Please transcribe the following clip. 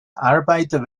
arbeiter